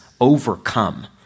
overcome